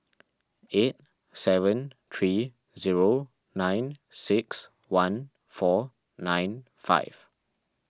eight seven three zero nine six one four nine five